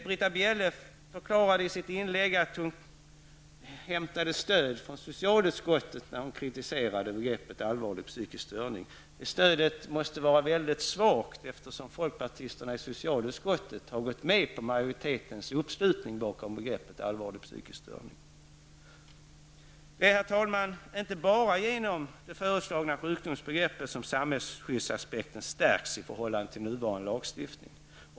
Britta Bjelle förklarade i sitt inlägg att hon hämtade stöd från socialutskottet när hon kritiserade begreppet allvarlig psykisk störning. Det stödet måste vara mycket svagt eftersom folkpartisterna i socialutskottet anslutit sig till den majoritet som ställt sig bakom begreppet allvarlig psykisk sjukdom. Herr talman! Det är inte enbart genom de föreslagna sjukdomsbegreppet som samhällsskyddsaspekten stärks i förhållande till nuvarande lagstiftning.